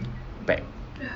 packed